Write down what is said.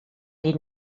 die